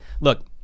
look